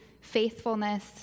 faithfulness